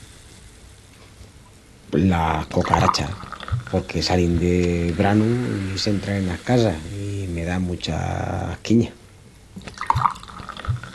Las cocarachas, porque salin de branu i s'entran enas casas i me da mucha asquiña.